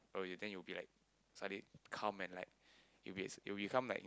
oh you think you'll be like suddenly calm and like you'll be you'll become like